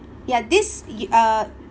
ya this yi~ uh